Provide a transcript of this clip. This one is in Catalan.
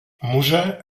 musa